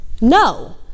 No